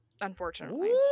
unfortunately